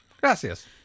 Gracias